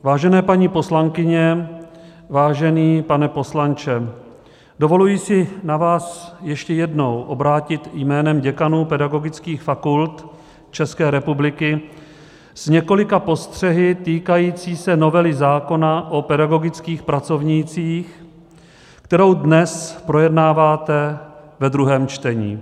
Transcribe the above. Vážená paní poslankyně, vážený pane poslanče, dovoluji si na vás ještě jednou obrátit jménem děkanů pedagogických fakult České republiky s několika postřehy týkajícími se novely zákona o pedagogických pracovnících, kterou dnes projednáváte ve druhém čtení.